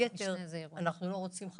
יתר אנחנו לא רוצים לסכן באיזושהי מחלה,